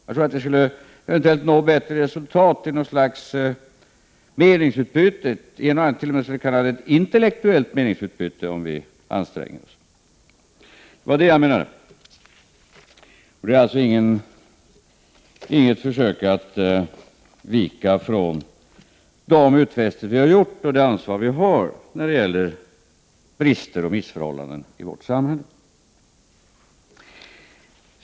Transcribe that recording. Jag tror att vi eventuellt skulle kunna nå ett bättre resultat genom något slags meningsutbyte — en och annan skulle kanske t.o.m. kunna kalla det intellektuellt meningsutbyte — om vi ansträngde oss. Det var detta jag menade. Det handlar alltså inte om något försök att vika från de utfästelser som vi har gjort och det ansvar som vi har när det gäller brister och missförhållanden i vårt samhälle.